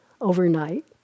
overnight